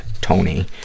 Tony